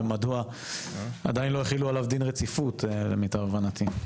ומדוע עדיין לא החילו עליו דין רציפות למיטב הבנתי.